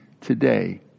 today